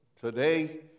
today